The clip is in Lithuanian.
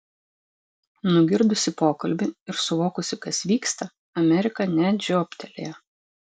nugirdusi pokalbį ir suvokusi kas vyksta amerika net žiobtelėjo